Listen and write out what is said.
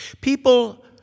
People